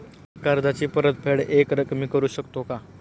कर्जाची परतफेड एकरकमी करू शकतो का?